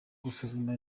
gusuzuma